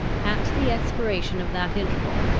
at the expiration of that interval,